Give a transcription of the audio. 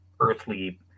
earthly